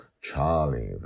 Charlie